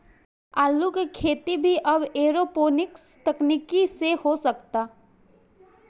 आलू के खेती भी अब एरोपोनिक्स तकनीकी से हो सकता